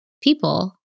people